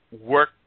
work